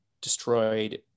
destroyed